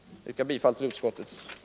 Jag yrkar bifall till utskottets hemställan.